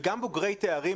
ואגב גם בוגרי תארים,